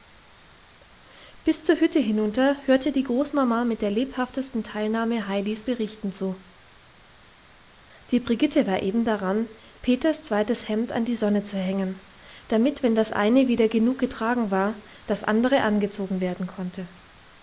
bis zur hütte hinunter hörte die großmama mit der lebhaftesten teilnahme heidis berichten zu die brigitte war eben daran peters zweites hemd an die sonne zu hängen damit wenn das eine wieder genug getragen war das andere angezogen werden konnte